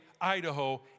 Idaho